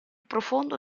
profondo